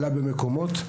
עלה במקומות,